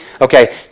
Okay